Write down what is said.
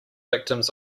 victims